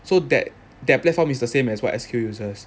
so that their platform is the same as what S_Q uses